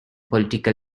political